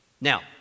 Now